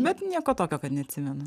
bet nieko tokio kad neatsimenu